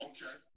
Okay